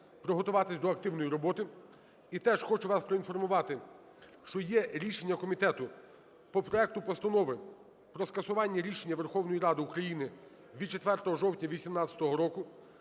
приготуватись до активної роботи. І теж хочу вас проінформувати, що є рішення комітету по проекту Постанови про скасування рішення Верховної Ради України від 4 жовтня 2018 року